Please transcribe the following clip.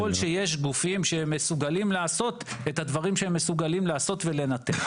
ככל שיש גופים שמסוגלים לעשות את הדברים שהם מסוגלים לעשות ולנתר.